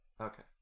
Okay